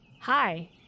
Hi